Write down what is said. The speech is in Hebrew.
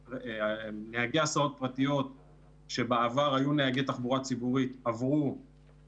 נהגי הסעות פרטיות שבעבר היו נהגי תחבורה ציבורית אין